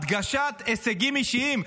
הדגשת הישגים אישיים,